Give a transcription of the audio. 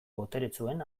boteretsuen